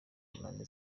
munani